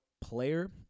player